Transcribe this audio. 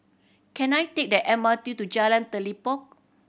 can I take the M R T to Jalan Telipok